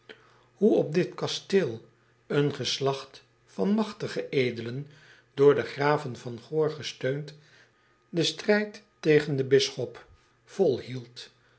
hoe op dit kasteel een geslacht van magtige edelen door de graven van oor gesteund den strijd tegen den bisschop volhield